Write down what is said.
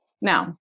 Now